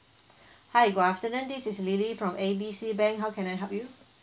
hi good afternoon this is lily from A B C bank how can I help you